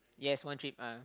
yes one trip uh